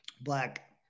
Black